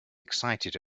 excited